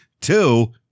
Two